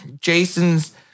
Jason's